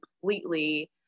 completely